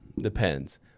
depends